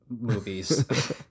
movies